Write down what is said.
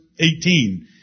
18